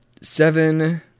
seven